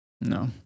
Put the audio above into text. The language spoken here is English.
No